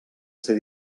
ser